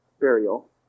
burial